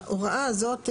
ההוראה הזאת,